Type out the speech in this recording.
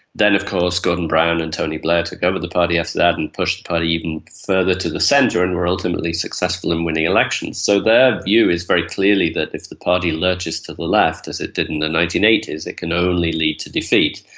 then of course gordon brown and tony blair took over the party after that and pushed the party even further to the centre and were ultimately successful in winning elections. so their view is very clearly that if the party lurches to the left, as it did in the nineteen eighty s, it can only lead to defeat.